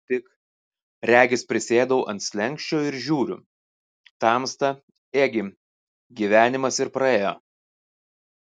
tik regis prisėdau ant slenksčio ir žiūriu tamsta ėgi gyvenimas ir praėjo